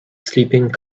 sleeping